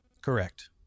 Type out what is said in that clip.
Correct